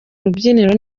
rubyiniro